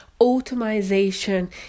automation